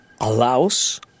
allows